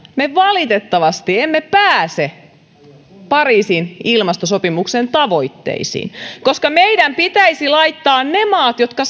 me valitettavasti emme pääse pariisin ilmastosopimuksen tavoitteisiin koska meidän pitäisi laittaa ne maat jotka